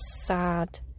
sad